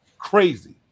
crazy